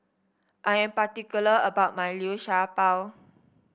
I am particular about my Liu Sha Bao